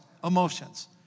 emotions